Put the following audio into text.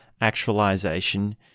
actualization